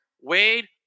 Wade